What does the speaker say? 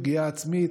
פגיעה עצמית,